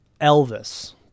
Elvis